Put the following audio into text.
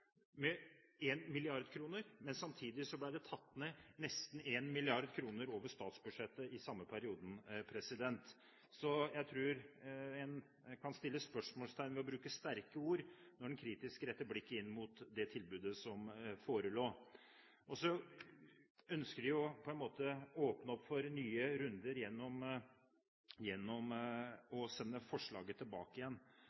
men samtidig ble det tatt ned nesten 1 mrd. kr over statsbudsjettet i samme periode. Så jeg tror en kan sette spørsmålstegn ved å bruke sterke ord når en kritisk retter blikket inn mot det tilbudet som forelå. Så ønsker de på en måte å åpne opp for nye runder gjennom